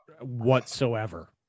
whatsoever